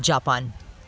Japan